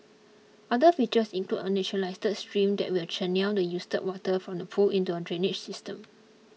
other features include a naturalised stream that will channel the used water from the pool into a drainage system